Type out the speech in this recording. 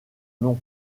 nom